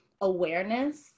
awareness